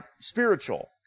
spiritual